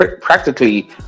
practically